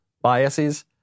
biases